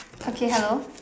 okay hello